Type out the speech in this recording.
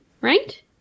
right